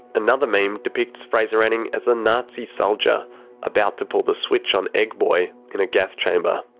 another meme depicts fraser anning as a nazi soldier about to pull the switch on egg boy in a gas-chamber.